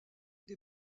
des